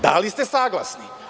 Da li ste saglasni?